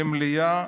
למליאה,